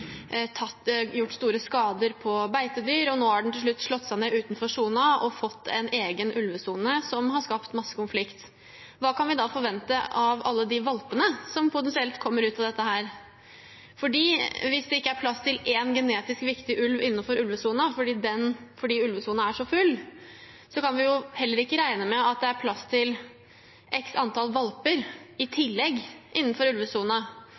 gjort store skader på beitedyr, og nå har den til slutt slått seg ned utenfor sonen og fått en egen ulvesone, noe som har skapt masse konflikt – hva kan vi da forvente av alle de valpene som potensielt kommer ut av dette? Hvis det ikke er plass til én genetisk viktig ulv innenfor ulvesonen fordi ulvesonen er så full, kan vi heller ikke regne med at det er plass til x antall valper i tillegg innenfor